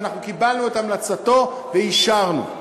ואנחנו קיבלנו את המלצתו ואישרנו.